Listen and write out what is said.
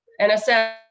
NSF